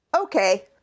Okay